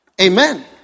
amen